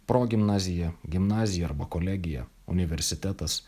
progimnazija gimnazija arba kolegija universitetas